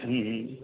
હમમ